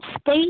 state